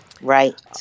right